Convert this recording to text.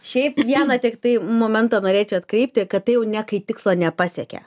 šiaip vieną tiktai momentą norėčiau atkreipti kad tai jau ne kai tikslo nepasiekė